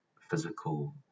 physical